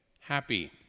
happy